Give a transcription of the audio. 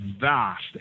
vast